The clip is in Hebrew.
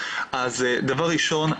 אז דבר ראשון,